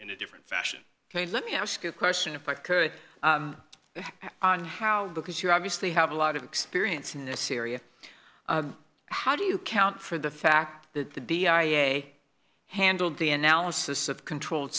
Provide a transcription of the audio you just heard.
in a different fashion ok let me ask you a question if i could on how because you obviously have a lot of experience in this area how do you count for the fact that the d i m a handled the analysis of controlled